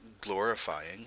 glorifying